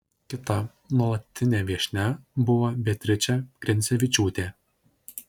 kita nuolatinė viešnia buvo beatričė grincevičiūtė